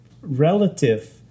relative